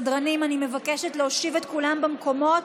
סדרנים, אני מבקשת להושיב את כולם במקומות